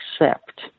accept